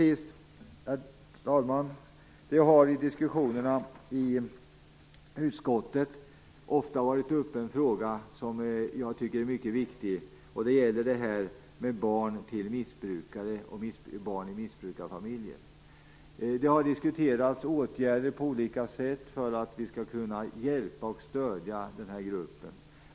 I utskottets diskussioner har ofta berörts en fråga som jag tycker är mycket viktig, nämligen barn i missbrukarfamiljer. Man har diskuterat olika åtgärder till hjälp och stöd för den här gruppen.